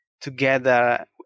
together